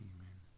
Amen